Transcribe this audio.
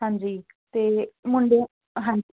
ਹਾਂਜੀ ਅਤੇ ਮੁੰਡੇ ਹਾਂ